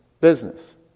business